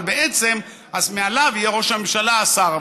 אבל בעצם מעליו יהיה ראש הממשלה השר.